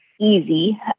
easy